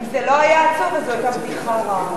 אם זה לא היה עצוב, אז זו היתה בדיחה רעה.